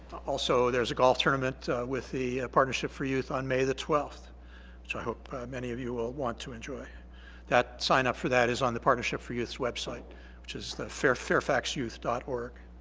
also there's a golf tournament with the partnership for youth on may the twelfth so i hope many of you will want to enjoy that. sign up for that is on the partnership for youths website which is the fairfax youth dot org.